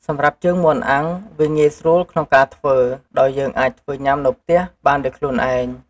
សម្រាប់ជើងមាន់អាំង វាងាយស្រួលក្នុងការធ្វើ ដោយយើងអាចធ្វើញ៉ាំនៅផ្ទះបានដោយខ្លួនឯង។